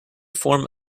form